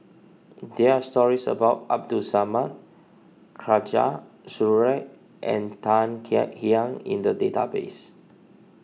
there are stories about Abdul Samad Khatijah Surattee and Tan Kek Hiang in the database